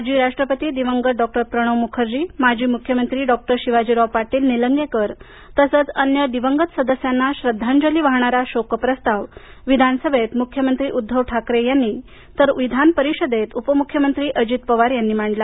माजी राष्ट्रपती दिवंगत डॉ प्रणव मुखर्जी माजी मुख्यमंत्री डॉ शिवाजीराव पाटील निलंगेकर तसंच अन्य दिवंगत सदस्यांना श्रद्धांजली वाहणारा शोकप्रस्ताव विधानसभेत मुख्यमंत्री उद्धव ठाकरे यांनी तर विधानपरिषदेत उपमुख्यमंत्री अजित पवार यांनी मांडला